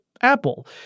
Apple